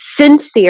sincere